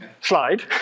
slide